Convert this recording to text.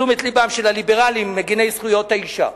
לתשומת לבם של הליברלים, מגיני זכויות האשה.